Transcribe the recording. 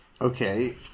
Okay